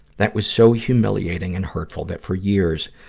that was so humiliating and hurtful that for years,